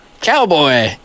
cowboy